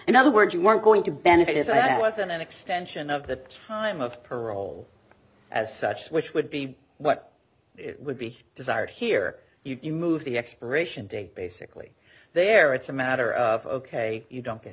in other words you weren't going to benefit is that wasn't an extension of that time of parole as such which would be what it would be desired here you move the expiration date basically there it's a matter of ok you don't get